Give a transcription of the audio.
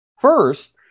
First